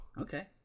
Okay